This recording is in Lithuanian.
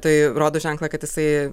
tai rodo ženklą kad jisai